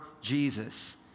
Jesus